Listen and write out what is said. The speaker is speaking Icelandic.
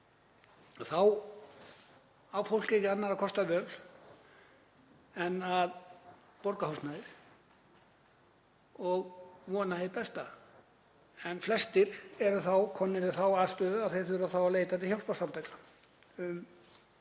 Þá á fólk ekki annarra kosta völ en að borga húsnæðið og vona hið besta en flestir eru þá komnir í þá aðstöðu að þeir þurfa að leita til hjálparsamtaka